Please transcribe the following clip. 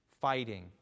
fighting